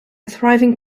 thriving